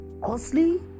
costly